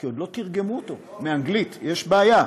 כי עוד לא תרגמו אותו מאנגלית, יש בעיה.